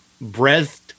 breathed